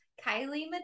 Kylie